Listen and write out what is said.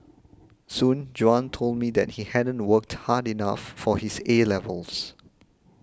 soon Juan told me that he hadn't worked hard enough for his 'A' levels